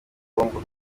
congo